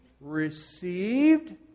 received